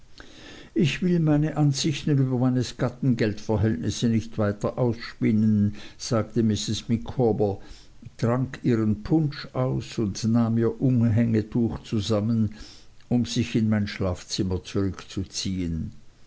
ich will meine ansichten über meines gatten geldverhältnisse nicht weiter ausspinnen sagte mrs micawber trank ihren punsch aus und nahm ihr umhängtuch zusammen um sich in mein schlafzimmer zurückzuziehen